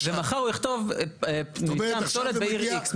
ומחר הוא יכתוב מתקן פסולת בעיר X,